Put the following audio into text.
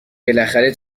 بالاخره